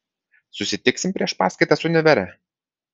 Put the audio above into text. susitiksim prieš paskaitas univere